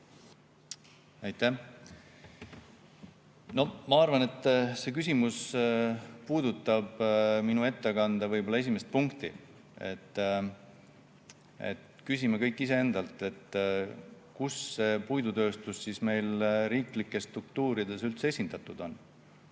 Aitäh! Ma arvan, et see küsimus puudutas minu ettekande esimest punkti. Küsime kõik iseendalt, kus see puidutööstus meil riiklikes struktuurides üldse esindatud on.